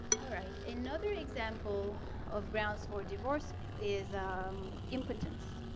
all right, another example of grounds for divorce is um impotence.